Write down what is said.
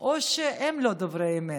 או שהם לא דוברי אמת.